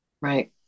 right